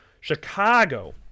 Chicago